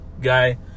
guy